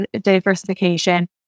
diversification